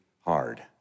hard